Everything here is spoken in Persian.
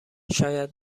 شاید